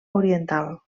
oriental